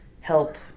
help